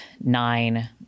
nine